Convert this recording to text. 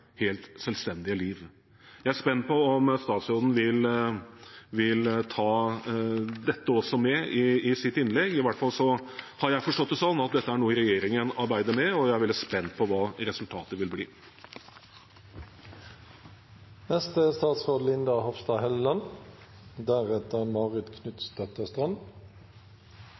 helt selvstendige liv. Jeg er spent på om statsråden også vil ta dette med i sitt innlegg. Jeg har i hvert fall forstått det slik at dette er noe regjeringen arbeider med, og jeg er veldig spent på hva resultatet vil bli. Vi vet at rasisme og diskriminering er